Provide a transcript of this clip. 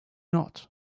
not